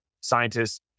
scientists